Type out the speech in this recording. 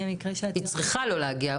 אם זה מקרה --- היא צריכה לא להגיע.